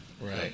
Right